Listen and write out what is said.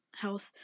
health